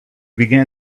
began